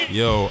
yo